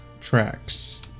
tracks